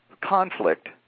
conflict